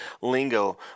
lingo